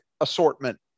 assortment